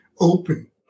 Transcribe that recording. open